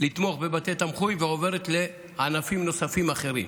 לתמוך בבתי תמחוי ועוברת לענפים נוספים אחרים.